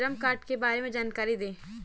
श्रम कार्ड के बारे में जानकारी दें?